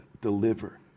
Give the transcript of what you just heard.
deliver